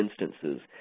instances